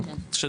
כן, כן.